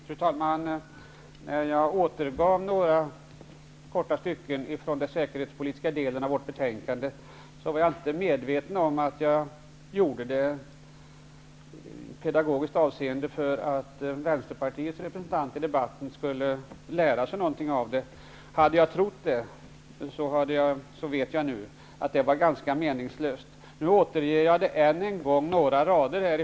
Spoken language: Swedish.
Fru talman! Jag återgav några korta stycken från den säkerhetspolitiska delen av betänkandet. Jag var då inte medveten om att jag gjorde det i pedagogiskt syfte så att vänsterpartiets representant i debatten skulle lära sig något av detta. Hade jag trott det, skulle jag nu veta att det var ganska meningslöst. Nu kommer jag än en gång att återge några rader från betänkandet.